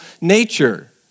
nature